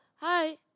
hi